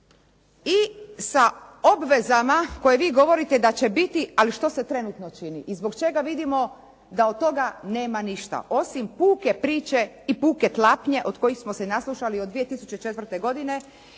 i sa obvezama koje vi govorite da će biti, ali što se trenutno čini i zbog čega vidimo da od toga nema ništa, osim puke priče i puke tlapnje od kojih smo se naslušali od 2004. godine